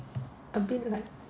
a bit like